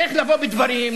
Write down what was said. צריך לבוא בדברים,